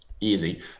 easy